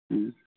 ꯎꯝ